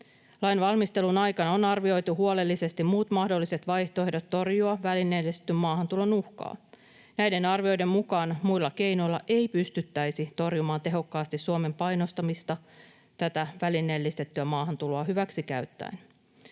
Lainvalmistelun aikana on arvioitu huolellisesti muut mahdolliset vaihtoehdot torjua välineellistetyn maahantulon uhkaa. Näiden arvioiden mukaan muilla keinoilla ei pystyttäisi torjumaan tehokkaasti Suomen painostamista tätä välineellistettyä maahantuloa hyväksikäyttäen,